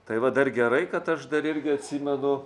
tai va dar gerai kad aš dar irgi atsimenu